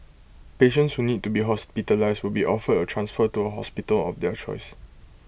patients who need to be hospitalised will be offered A transfer to A hospital of their choice